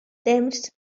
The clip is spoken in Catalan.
temps